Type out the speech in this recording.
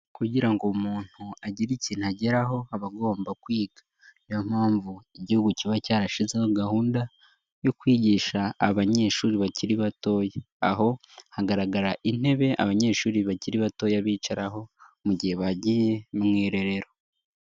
Kugira ngo umuntu agire ikintu ageraho aba agomba kwiga, ni yo mpamvu Igihugu kiba cyarashyizeho gahunda yo kwigisha abanyeshuri bakiri batoya, aho hagaragara intebe abanyeshuri bakiri batoya bicaraho mu gihe bagiye mu irerero.